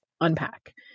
unpack